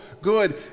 good